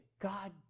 God